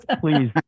Please